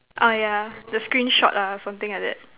ah yeah the screenshot ah something like that